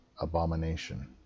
abomination